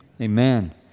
Amen